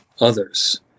others